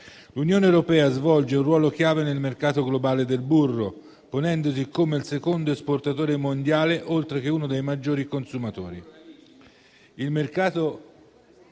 L'Unione europea svolge un ruolo chiave nel mercato globale del burro, ponendosi come il secondo esportatore mondiale, oltreché uno dei maggiori consumatori.